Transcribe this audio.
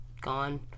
gone